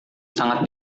sangat